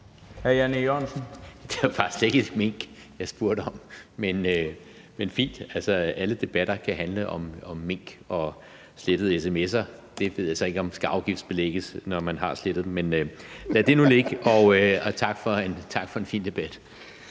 15:55 Jan E. Jørgensen (V): Det var bare slet ikke mink, jeg spurgte om. Men det er fint, for alle debatter kan handle om mink og slettede sms'er. Jeg ved så ikke, om de skal afgiftsbelægges, når man har slettet dem, men lad nu det ligge, og tak for en fin debat.